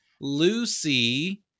Lucy